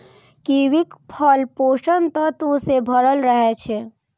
कीवीक फल पोषक तत्व सं भरल रहै छै